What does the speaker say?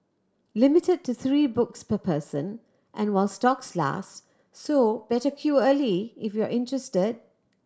limited to three books per person and while stocks last so better queue early if you're interested